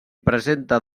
presenta